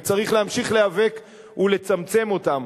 וצריך להמשיך להיאבק ולצמצם אותם,